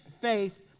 faith